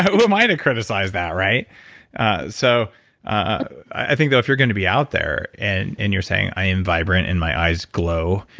who am i to criticize that? so i think though, if you're going to be out there and and you're saying, i am vibrant, and my eyes glow,